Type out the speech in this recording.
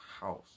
house